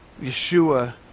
Yeshua